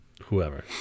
whoever